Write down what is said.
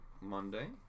Monday